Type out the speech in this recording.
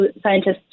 scientists